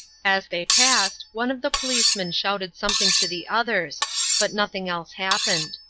as they passed, one of the policemen shouted something to the others but nothing else happened.